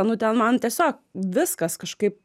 nu ten man tiesiog viskas kažkaip